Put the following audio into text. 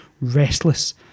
restless